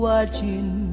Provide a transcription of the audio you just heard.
Watching